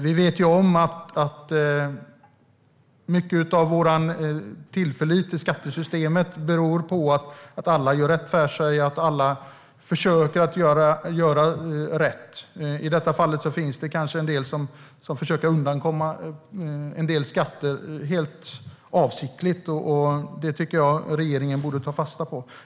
Vi vet att mycket av vår tilltro till skattesystemet handlar om att alla gör rätt för sig och att alla försöker göra rätt. I detta fall finns det kanske en del som försöker komma undan en del skatter helt avsiktligt. Det tycker jag att regeringen borde ta fasta på.